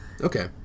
Okay